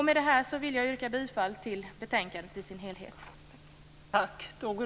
Med det här vill jag yrka bifall till hemställan i betänkandet i dess helhet.